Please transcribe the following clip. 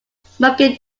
smoking